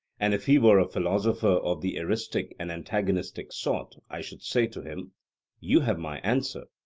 and if he were a philosopher of the eristic and antagonistic sort, i should say to him you have my answer,